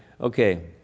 Okay